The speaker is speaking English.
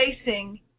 facing